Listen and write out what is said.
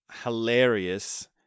hilarious